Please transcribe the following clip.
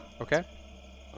Okay